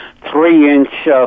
three-inch